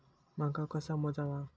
मका कसा मोजावा?